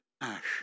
ash